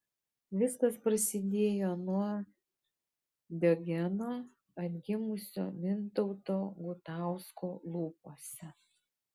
viskas prasidėjo nuo diogeno atgimusio mintauto gutausko lūpose